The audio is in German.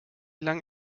lang